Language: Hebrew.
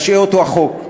ישעה אותו החוק.